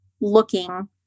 looking